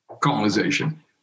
Colonization